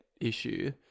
issue